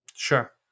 Sure